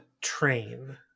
train